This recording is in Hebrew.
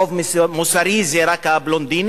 רוב מוסרי זה רק הבלונדינים,